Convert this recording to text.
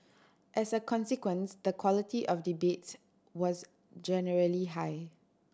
as a consequence the quality of debates was generally high